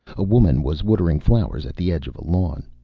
a woman was watering flowers at the edge of a lawn.